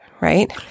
Right